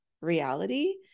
reality